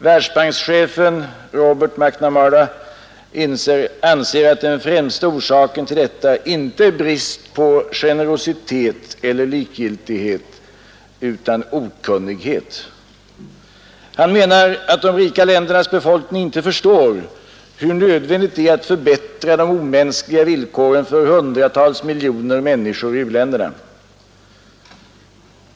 Världsbankschefen Robert McNamara anser att den främsta orsaken till detta inte är brist på generositet eller likgiltighet utan okunnighet. Han menar att de rika ländernas befolkning inte förstår hur nödvändigt det är att förbättra de omänskliga villkoren för hundratals miljoner människor i u-länderna.